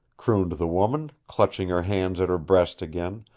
crooned the woman, clutching her hands at her breast again.